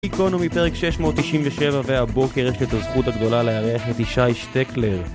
גיקונומי פרק 697 והבוקר יש לי את הזכות הגדולה לארח את ישי שטקלר